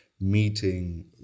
meeting